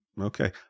Okay